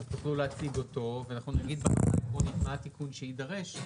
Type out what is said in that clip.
תוכלו להציג אותו ונגיד מה התיקון שיידרש,